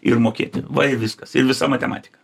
ir mokėti va ir viskas ir visa matematika